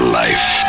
life